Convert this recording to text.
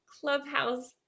clubhouse